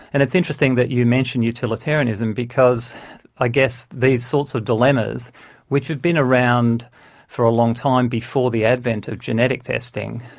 and it's interesting that you mention utilitarianism, because i guess these sorts of dilemmas which have been around for a long time before the advent of genetic testing,